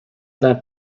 that